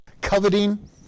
coveting